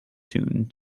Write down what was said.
tune